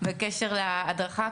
בקשר להדרכה,